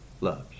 loves